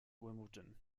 wimbledon